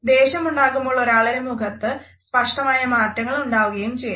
ദേഷ്യം ഉണ്ടാകുമ്പോൾ ഒരാളുടെ മുഖത്ത് സ്പഷ്ടമായ മാറ്റങ്ങൾ ഉണ്ടാവുകയും ചെയുന്നു